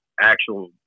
actual